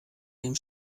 dem